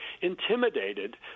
intimidated